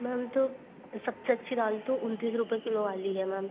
ma'am तो सबसे अच्छी दाल ताे उनतीस रुपए किलो वाली है मैम